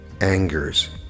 angers